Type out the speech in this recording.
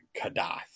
Kadath